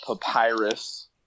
papyrus